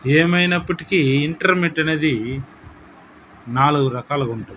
ఏమైనప్పటికి intermediate అనేది నాలుగు రకాలుగా ఉంటుంది